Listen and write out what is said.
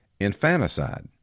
infanticide